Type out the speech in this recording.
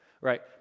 Right